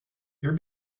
your